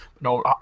No